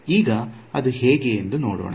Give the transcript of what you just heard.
ಈಗ ಅದು ಹೇಗೆ ಎಂದು ನೋಡೋಣ